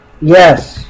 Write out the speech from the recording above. Yes